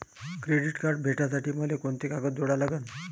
Credit card भेटासाठी मले कोंते कागद जोडा लागन?